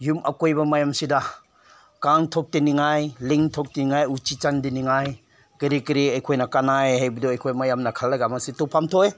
ꯌꯨꯝ ꯑꯀꯣꯏꯕ ꯃꯌꯥꯝꯁꯤꯗ ꯀꯥꯡ ꯊꯣꯛꯇꯅꯤꯡꯉꯥꯏ ꯂꯤꯟ ꯊꯣꯛꯇꯅꯤꯡꯉꯥꯏ ꯎꯆꯤ ꯆꯪꯗꯅꯤꯡꯉꯥꯏ ꯀꯔꯤ ꯀꯔꯤ ꯑꯩꯈꯣꯏꯅ ꯀꯥꯟꯅꯩ ꯍꯥꯏꯕꯗꯨ ꯑꯩꯈꯣꯏ ꯃꯌꯥꯝꯅ ꯈꯜꯂꯒ ꯃꯁꯤ ꯇꯧꯐꯝ ꯊꯣꯛꯏ